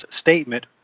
statement